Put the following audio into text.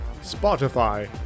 Spotify